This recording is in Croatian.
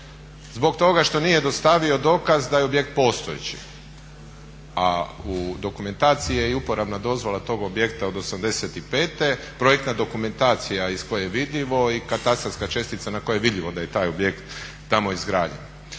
zbog toga što nije dostavio dokaz da je objekt postojeći, a u dokumentaciji je i uporabna dozvola tog objekta od '85., projektna dokumentacija iz koje vidimo i katastarska čestica na kojoj je vidljivo da je taj objekt tamo izgrađen.